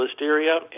listeria